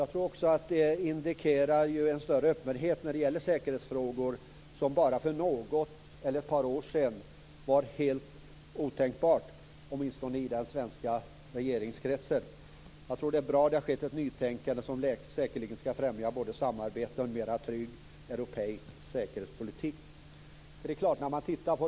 Jag tror också att det indikerar en större öppenhet när det gäller säkerhetsfrågor som bara för något eller ett par år sedan var helt otänkbar, åtminstone i den svenska regeringskretsen. Jag tror att det är bra att det har skett ett nytänkande som säkerligen skall främja både samarbete och en mer trygg europeisk säkerhetspolitik.